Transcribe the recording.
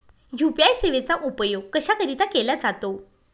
UPI सेवेचा उपयोग कशाकरीता केला जातो?